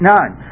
None